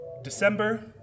December